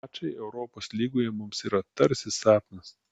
mačai europos lygoje mums yra tarsi sapnas